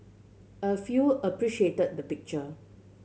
a few appreciate the picture